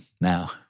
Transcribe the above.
now